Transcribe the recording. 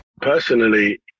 Personally